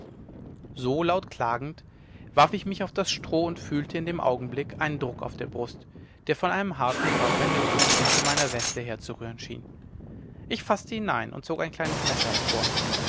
so laut klagend warf ich mich auf das stroh und fühlte in dem augenblick einen druck auf der brust der von einem harten körper in der busentasche meiner weste herzurühren schien ich faßte hinein und zog ein kleines messer hervor